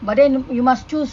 but then you you must choose